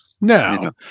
No